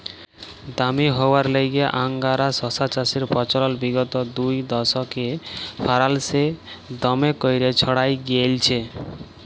দামি হউয়ার ল্যাইগে আংগারা শশা চাষের পচলল বিগত দুদশকে ফারাল্সে দমে ক্যইরে ছইড়ায় গেঁইলছে